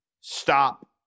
stop